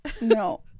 no